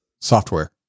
Software